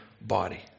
body